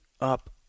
up